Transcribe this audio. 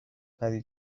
پری